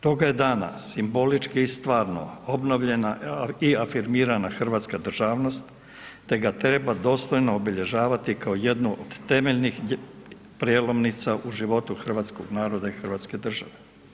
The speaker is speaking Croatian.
Toga je dana simbolički i stvarno obnovljena i afirmirana hrvatska državnost, te ga treba dostojno obilježavati kao jednu od temeljnih prijelomnica u životu hrvatskog naroda i hrvatske države.